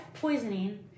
poisoning